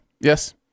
Yes